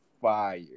fire